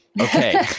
Okay